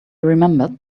remembered